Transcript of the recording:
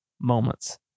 moments